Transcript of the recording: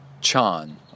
Chan